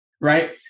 right